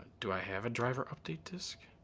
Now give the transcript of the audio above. do i have a driver update disc?